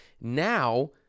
Now